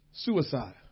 Suicide